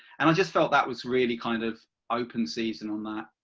and i just felt that was really kind of open season on that.